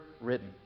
written